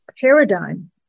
paradigm